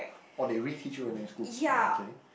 or they reteach you when you're in school ya okay